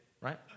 Right